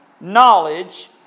knowledge